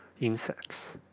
insects